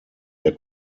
der